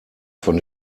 von